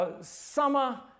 Summer